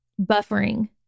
buffering